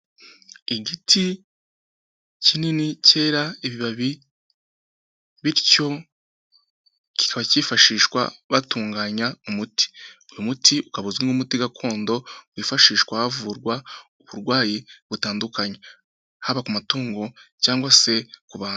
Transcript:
Igiti kinini cyera ibibabi bityo kikaba cyifashishwa batunganya umuti, uyu muti ukaba uzwi nk'umuti gakondo wifashishwa havurwa uburwayi butandukanye, haba ku matungo cyangwa se ku bantu.